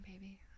baby